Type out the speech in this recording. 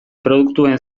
produktuen